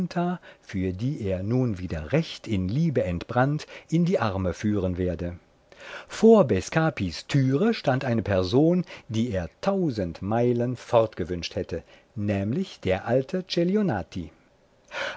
für die er nun wieder recht in liebe entbrannt in die arme führen werde vor bescapis türe stand eine person die er tausend meilen fortgewünscht hätte nämlich der alte